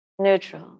Neutral